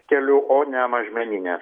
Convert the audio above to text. keliu o ne mažmeninės